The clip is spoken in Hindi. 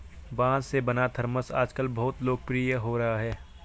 बाँस से बना थरमस आजकल बहुत लोकप्रिय हो रहा है